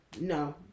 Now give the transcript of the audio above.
No